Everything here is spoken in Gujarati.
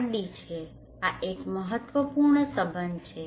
આ એક મહત્વપૂર્ણ સંબંધ છે